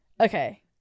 Okay